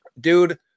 Dude